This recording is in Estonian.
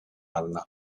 alla